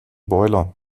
boiler